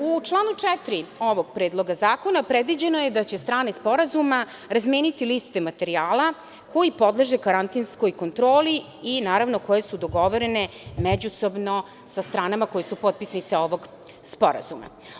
U članu 4. ovog Predloga zakona predviđeno je da će strane Sporazuma razmeniti liste materijala koji podleže karantinskoj kontroli i naravno koje su dogovorene međusobno sa stranama koje su potpisnice ovog Sporazuma.